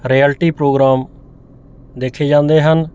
reality programme ਦੇਖੇ ਜਾਂਦੇ ਹਨ